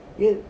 y~